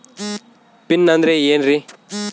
Pin ಅಂದ್ರೆ ಏನ್ರಿ?